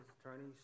attorneys